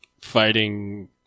fighting